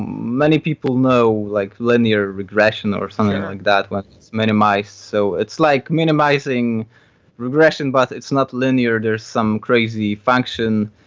many people know like linear regression or something like that, it's minimized. so it's like minimizing regression but it's not linear. there are some crazy function,